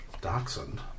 Dachshund